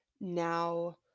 now